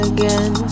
Again